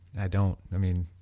i don't, i mean.